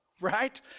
right